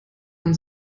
man